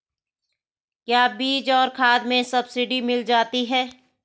क्या बीज और खाद में सब्सिडी मिल जाती है?